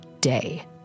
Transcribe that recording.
Day